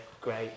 great